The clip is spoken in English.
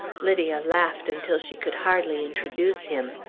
lydia laughed until she could hardly introduce him.